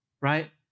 right